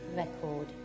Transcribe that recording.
record